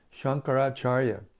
Shankaracharya